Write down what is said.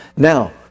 Now